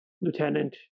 lieutenant